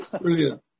Brilliant